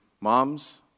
Moms